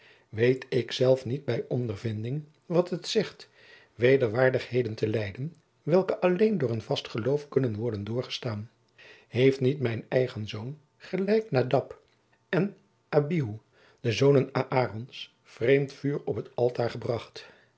weet ik zelf niet bij ondervinding wat het zegt wederwaardigheden te lijden welke alleen door een vast geloof kunnen worden doorgestaan heeft niet mijn eigen zoon gelijk nadab en abihu de zoonen aärons jacob van lennep de pleegzoon vreemd vuur op het altaar gebracht